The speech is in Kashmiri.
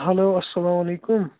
ہیٚلو اَسلامُ علیکُم